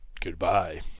Goodbye